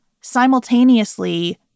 simultaneously